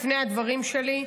לפני הדברים שלי,